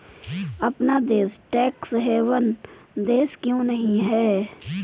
अपना देश tax haven देश क्यों नहीं है?